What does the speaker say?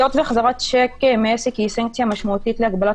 היות והחזרת שיק מעסק היא פונקציה משמעותית להגבלת